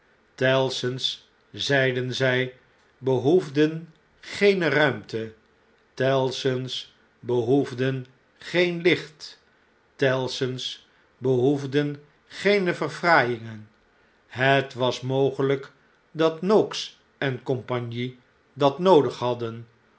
zeiden zu behoefden geene ruimte tellson's behoefden geen licht tellson's behoefden geene verfraaiingen het was mogelp dat noakes en cie dat noodig hadden